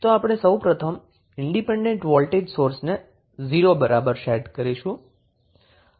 તો આપણે સૌ પ્રથમ ઈન્ડીપેન્ડન્ટ વોલ્ટેજ સોર્સ ને 0 બરાબર સેટ કરીશું